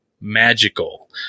magical